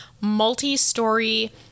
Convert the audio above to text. multi-story